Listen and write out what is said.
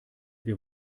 wir